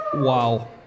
Wow